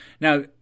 Now